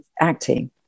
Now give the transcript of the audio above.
acting